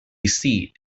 seat